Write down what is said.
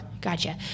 Gotcha